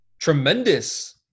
tremendous